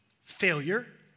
failure